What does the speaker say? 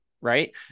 Right